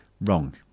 Wrong